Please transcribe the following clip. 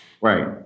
Right